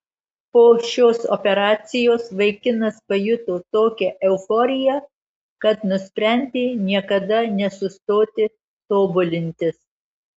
po šios operacijos vaikinas pajuto tokią euforiją kad nusprendė niekada nesustoti tobulintis